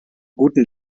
guten